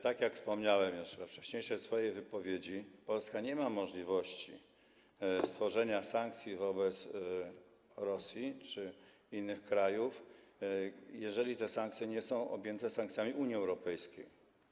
Tak jak wspomniałem już we wcześniejszej swojej wypowiedzi, Polska nie ma możliwości wprowadzenia sankcji wobec Rosji czy innych krajów, jeżeli te sankcje nie są objęte sankcjami Unii Europejskiej.